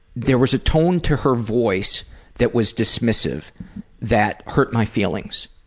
there was a tone to her voice that was dismissive that hurt my feelings.